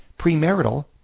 premarital